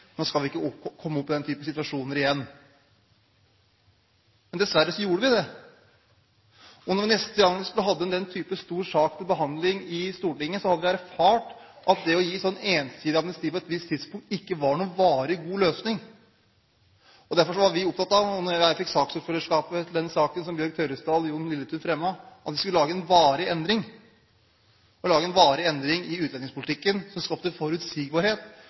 nå skal vi ikke komme opp i denne type situasjoner igjen. Men dessverre gjorde vi det. Neste gang vi hadde denne type stor sak til behandling i Stortinget, hadde vi erfart at det å gi ensidig amnesti på et visst tidspunkt ikke var noen varig, god løsning. Derfor var vi opptatt av – da jeg fikk saksordførerskapet til denne saken som Bjørg Tørresdal og Jon Lilletun fremmet – å lage en varig endring i utlendingspolitikken som skulle skape forutsigbarhet for barnefamilier og